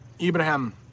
Ibrahim